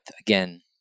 again